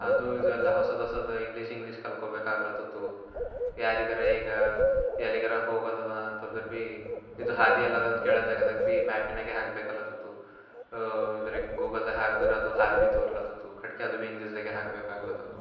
ಅದು ಇದು ಎಲ್ಲ ಹೊಸದು ಹೊಸದು ಇಂಗ್ಲೀಷ್ ಇಂಗ್ಲೀಷ್ ಕಲ್ತ್ಕೊಳ್ಬೇಕಾಗ್ಲತ್ತದು ಯಾರಿಗಾರ ಈಗ ಎಲ್ಲಿಗಾರ ಹೋಗೋದದ ಅಂತಂದ್ರೂ ಭೀ ಇದು ಹಾದಿ ಎಲ್ಲದ ಅಂತ ಕೇಳೋ ಜಾಗದಾಗ ಭೀ ಮ್ಯಾಪಿನಾಗೆ ಹಾಕಬೇಕಾಗ್ಲತ್ತತು ಇದ್ರಾಗ ಗೂಗಲ್ದಾಗ ಹಾಕಿದ್ರೆ ಅದು ಹಾದಿ ಬೀದಿ ತೋರ್ಸಲತ್ತಿತ್ತು ಕಟ್ಗೆ ಅದು ಇಂಗ್ಲೀಷ್ದಾಗೆ ಹಾಕಬೇಕಾಗ್ಲತ್ತತು